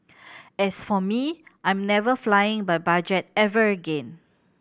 as for me I'm never flying by budget ever again